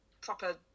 proper